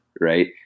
Right